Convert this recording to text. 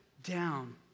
down